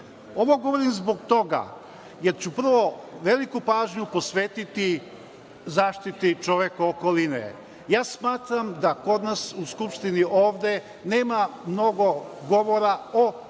Ovo govorim zbog toga jer ću vrlo veliku pažnju posvetiti zaštiti čovekove okoline. Smatram da kod nas u Skupštini ovde nema mnogo govora o